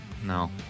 No